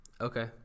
Okay